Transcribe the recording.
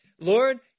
Lord